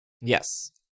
Yes